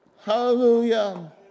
Hallelujah